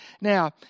Now